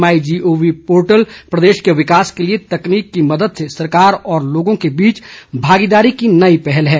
MyGov portal प्रदेश के विकास के लिए तकनीक की मदद से सरकार और लोगों के बीच भागीदारी की नई पहल है